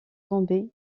tomber